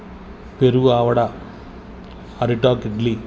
పెరుగు ఆవడ అరిటాకు ఇడ్లీ